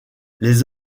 les